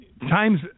Time's